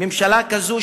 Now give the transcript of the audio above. ממשלה כזאת,